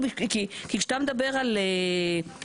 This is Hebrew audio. כי כשאתה מדבר על יציבות,